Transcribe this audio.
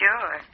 Sure